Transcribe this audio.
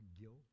guilt